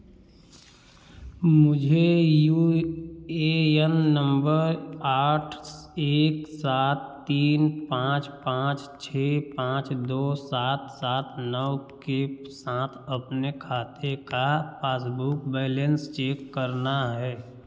मुझे U A N number आठ स एक सात तीन पाँच पाँच छः पाँच दो सात सात नौ के साथ अपने खाते का पासबुक बैलेंस चेक करना है